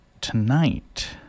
tonight